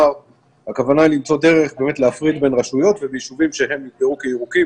הכוונה היא למצוא דרך להפריד בין רשויות וביישובים שהם נקבעו כירוקים